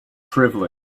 privilege